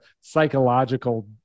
psychological